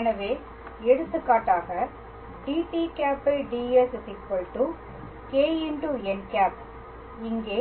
எனவே எடுத்துக்காட்டாக dt̂ds κn̂ இங்கே